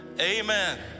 amen